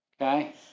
Okay